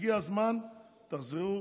הגיע הזמן שתחזרו